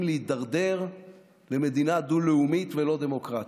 להידרדר למדינה דו-לאומית ולא דמוקרטית.